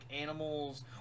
animals